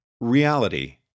Reality